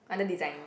under design